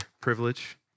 privilege